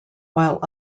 while